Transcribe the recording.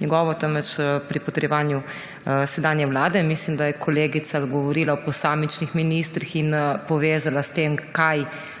njegovem, temveč pri potrjevanju sedanje vlade. Mislim, da je kolegica govorila o posamičnih ministrih in povezala s tem,